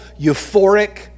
euphoric